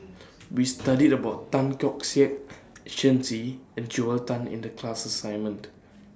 We studied about Tan Keong Saik Shen Xi and Joel Tan in The class assignment